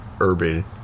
urban